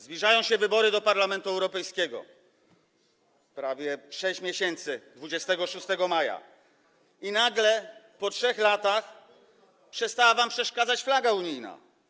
Zbliżają się wybory do Parlamentu Europejskiego - prawie 6 miesięcy, 26 maja - i nagle, po 3 latach, przestała wam przeszkadzać flaga unijna.